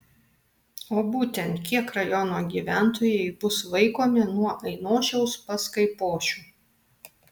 o būtent kiek rajono gyventojai bus vaikomi nuo ainošiaus pas kaipošių